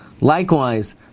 Likewise